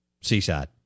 seaside